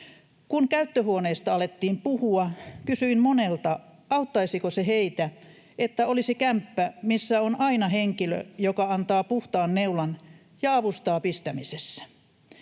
Kun käyttöhuoneista alettiin puhua, kysyin monelta, auttaisiko se heitä, että olisi kämppä, missä on aina henkilö, joka antaa puhtaan neulan ja avustaa pistämisessä.